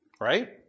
right